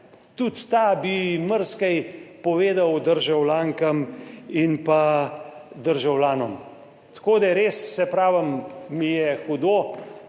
tudi ta bi marsikaj povedal državljankam in pa državljanom. Tako da res, saj pravim, mi je hudo,